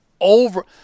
over